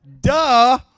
Duh